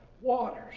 waters